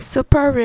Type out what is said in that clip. Super